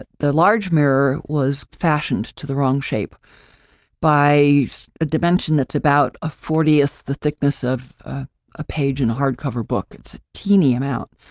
the the large mirror was fashioned to the wrong shape by a dimension that's about a fortieth, the thickness of a page in a hardcover book, it's a teeny amount,